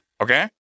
Okay